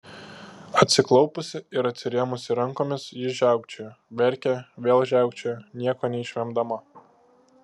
atsiklaupusi ir atsirėmusi rankomis ji žiaukčiojo verkė vėl žiaukčiojo nieko neišvemdama